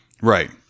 Right